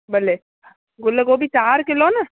भले गुल गोभी चार किलो न